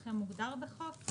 שלכם מוגדר בחוק?